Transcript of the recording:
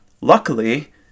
luckily